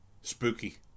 Spooky